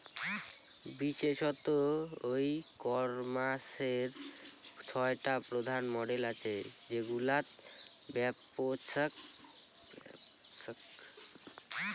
বিশেষতঃ ই কমার্সের ছয়টা প্রধান মডেল আছে যেগুলাত ব্যপছাক শ্রেণীভুক্ত করা যায়